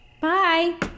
Bye